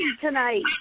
tonight